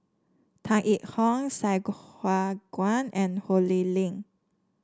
Tan Yee Hong Sai Hua Kuan and Ho Lee Ling